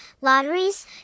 lotteries